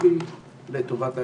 כוחי לטובת העניין.